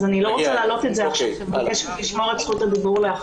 אני מבקשת לשמור את זכות הדיבור.